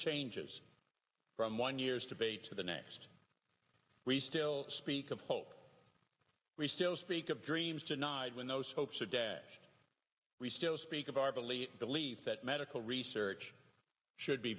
changes from one years today to the next we still speak of hope we still speak of dreams denied when those hopes are dashed we still speak of our belief belief that medical research should be